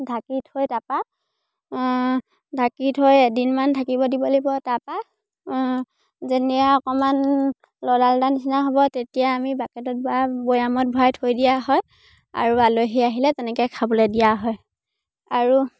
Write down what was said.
ঢাকি থৈ তাৰপৰা ঢাকি থৈ এদিনমান থাকিব দিব লাগিব তাৰপৰা যেতিয়া অকণমান লদা লদা নিচিনা হ'ব তেতিয়া আমি বাকেটত বা বৈয়ামত ভৰাই থৈ দিয়া হয় আৰু আলহী আহিলে তেনেকৈ খাবলৈ দিয়া হয় আৰু